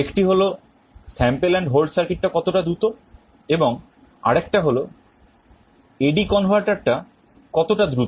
একটি হল sample and hold circuit টা কতটা দ্রুত এবং আরেকটি হলো AD converter টা কতটা দ্রুত